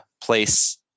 place